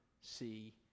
see